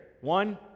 one